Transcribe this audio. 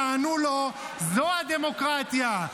תענו לו: זו הדמוקרטיה,